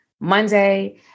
Monday